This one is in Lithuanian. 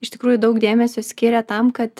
iš tikrųjų daug dėmesio skiria tam kad